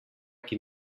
qui